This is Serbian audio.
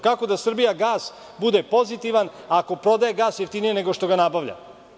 Kako da "Srbijagas" bude pozitivan, ako prodaje gas jeftinije nego što ga nabavlja?